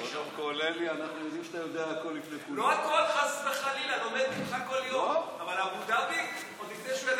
לא, חשבתי שהצעת